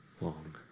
long